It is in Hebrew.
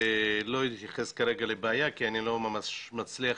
אני לא אתייחס כרגע לבעיה כי אני לא ממש מצליח